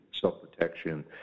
self-protection